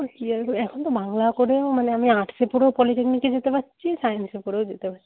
এখন তো বাংলা করেও মানে আমি আর্টসে পড়েও পলিটেকনিকে যেতে পারছি সায়েন্সে পড়েও যেতে পারছি